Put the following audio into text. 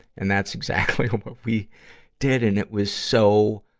and that's exactly what we did, and it was so,